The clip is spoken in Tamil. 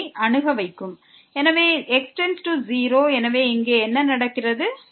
இப்போது x→0 எனவே இங்கே என்ன நடக்கிறது மன்னிக்கவும் y→0